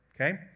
okay